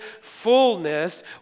fullness